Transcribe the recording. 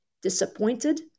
disappointed